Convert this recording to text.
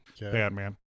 Batman